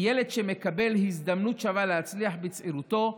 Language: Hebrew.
כי ילד שמקבל הזדמנות שווה להצליח בצעירותו,